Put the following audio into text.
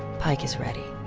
pike is ready.